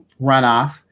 runoff